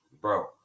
bro